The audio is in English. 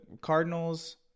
Cardinals